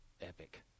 epic